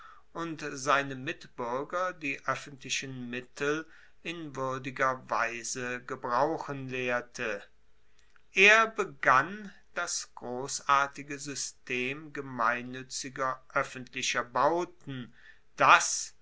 und seine mitbuerger die oeffentlichen mittel in wuerdiger weise gebrauchen lehrte er begann das grossartige system gemeinnuetziger oeffentlicher bauten das